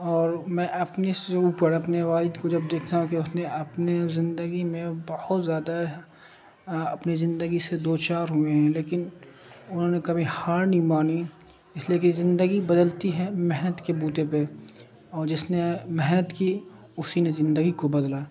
اور میں اپنے سے اوپر اپنے والائد کو جب دیکھتا ہوں کہ اس نے اپنے زندگی میں بہت زیادہ اپنی زندگی سے دو چار ہوئے ہیں لیکن انہوں نے کبھی ہار نہیں مانی اس لیے کہ زندگی بدلتی ہے محنت کے بوتےے پہ اور جس نے محنت کی اسی نے زندگی کو بدلا